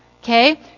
Okay